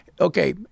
Okay